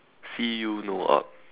feel no up